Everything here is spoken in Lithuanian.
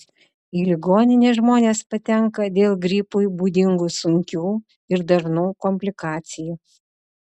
į ligoninę žmonės patenka dėl gripui būdingų sunkių ir dažnų komplikacijų